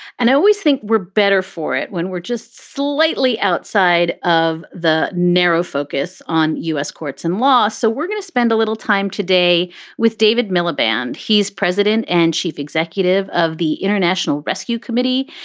and i always think we're better for it when we're just slightly outside of the narrow focus on u s. courts and law. so we're going to spend a little time today with david miliband. he's president and chief executive of the international rescue committee.